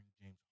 James